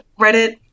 Reddit